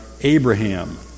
Abraham